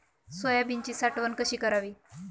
सोयाबीनची साठवण कशी करावी?